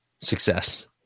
success